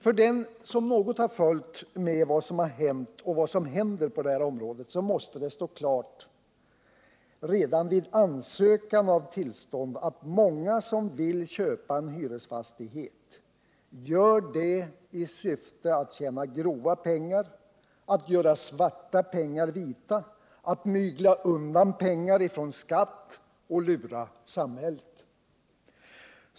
För den som något har följt med i vad som hänt och händer på detta område måste det stå klart redan vid ansökan av tillstånd att många som vill köpa en hyresfastighet gör det i syfte att tjäna grova pengar, att göra svarta pengar vita, att mygla undan pengar från skatt och lura samhället.